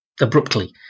abruptly